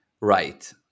right